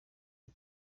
cya